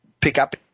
pickup